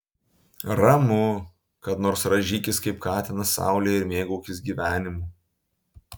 ramu kad nors rąžykis kaip katinas saulėje ir mėgaukis gyvenimu